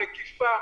מקיפה,